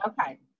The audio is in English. Okay